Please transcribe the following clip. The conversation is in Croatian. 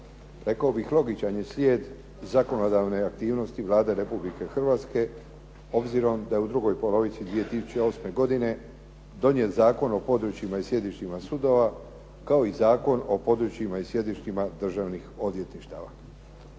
rekao bih logičan je slijed zakonodavne aktivnosti Vlade Republike Hrvatske obzirom da je u drugoj polovici 2008. godine donijet Zakon o područjima i sjedištima sudova, kao i Zakon o područjima i sjedištima državnih odvjetništava.